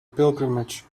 pilgrimage